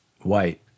White